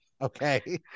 Okay